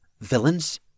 Villains